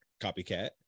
Copycat